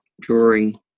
drawing